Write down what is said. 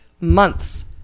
months